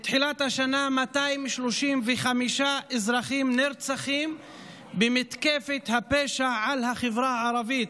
מתחילת השנה יש 235 אזרחים נרצחים במתקפת הפשע על החברה הערבית,